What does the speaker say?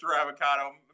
Avocado